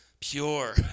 pure